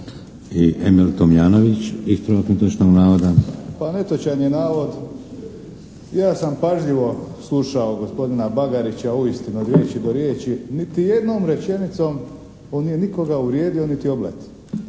**Tomljanović, Emil (HDZ)** Pa netočan je navod, ja sam pažljivo slušao gospodina Bagarića, uistinu od riječi do riječi. Niti jednom rečenicom on nije nikoga uvrijedio niti oblatio.